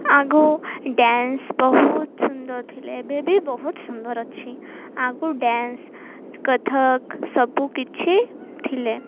ଆଗ ଡ୍ୟାନ୍ସ ବହୁତ ସୁନ୍ଦର ଥିଲେ ଏବେ ବି ବହୁତ ସୁନ୍ଦର ଅଛି ଆଗକୁ ଡ୍ୟାନ୍ସ କଥକ ସବୁ କିଛି ଥିଲେ